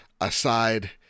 aside